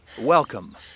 Welcome